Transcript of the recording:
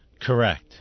Correct